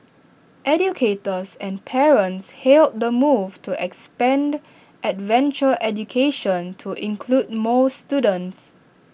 educators and parents hailed the move to expand adventure education to include more students